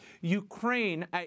Ukraine